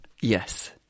Yes